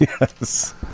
Yes